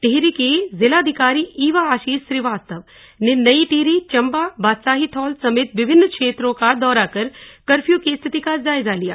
टिहरी की जिलाधिकारी ईवा आशीष श्रीवास्तव ने नई टिहरी चंबा बादशाही थौल समेत विभिन्न क्षेत्रों का दौरा कर कर्फ्यू की स्थिति का जायजा लिया